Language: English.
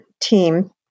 team